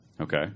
Okay